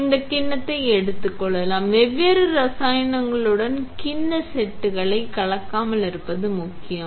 நீங்கள் இந்த கிண்ணத்தை எடுத்துக் கொள்ளுங்கள் வெவ்வேறு இரசாயனங்களுடன் கிண்ண செட்களை கலக்காமல் இருப்பது முக்கியம்